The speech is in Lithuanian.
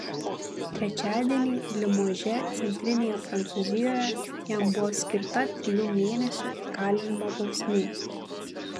trečiadienį limože centrinėje prancūzijoje jam buvo skirta trijų mėnesių įkalinimo bausmė